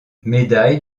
médaille